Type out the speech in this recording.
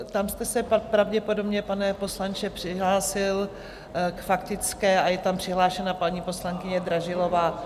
Tam jste se pak pravděpodobně, pane poslanče, přihlásil k faktické a je tam přihlášena paní poslankyně Dražilová.